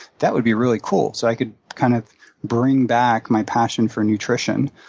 that would be really cool. so i could kind of bring back my passion for nutrition,